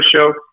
show